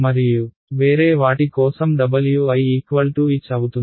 మరియు వేరే వాటి కోసం Wi h అవుతుంది